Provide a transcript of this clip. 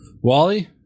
Wally